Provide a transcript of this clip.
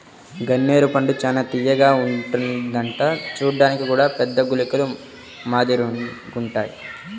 గన్నేరు పండు చానా తియ్యగా ఉంటదంట చూడ్డానికి గూడా పెద్ద గుళికల మాదిరిగుంటాయ్